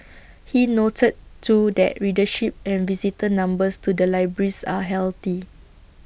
he noted too that readership and visitor numbers to the libraries are healthy